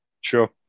Sure